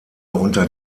unter